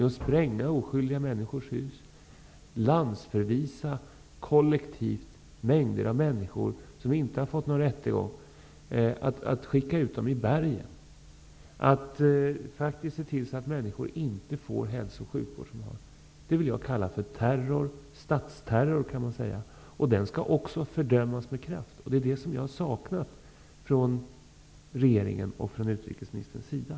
Man spränger oskyldiga människors hus, landsförvisar mängder av människor kollektivt utan rättegång, skickar ut människor i bergen och ser till att människor inte får hälso och sjukvård. Detta vill jag kalla för terror. I det här fallet kan man säga statsterror. Den skall också fördömas med kraft, och det är det som jag har saknat från regeringens och utrikesministerns sida.